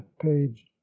page